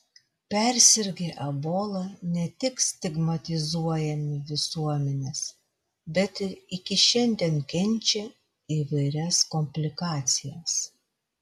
persirgę ebola ne tik stigmatizuojami visuomenės bet ir iki šiandien kenčia įvairias komplikacijas